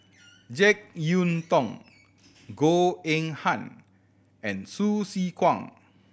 Jek Yeun Thong Goh Eng Han and Hsu Tse Kwang